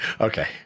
okay